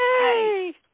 Yay